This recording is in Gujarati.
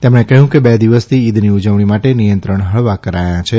તેમણે કહ્યું કે બે દિવસથી ઇદની ઉજવણી માટે નિયંત્રણ હળવાં કરાયાં છે